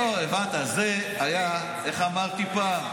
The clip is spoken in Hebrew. לא, הבנת, זה היה, איך אמרתי פעם?